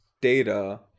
data